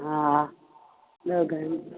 हा ॾह ग्राम